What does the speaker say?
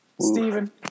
Stephen